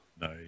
Nice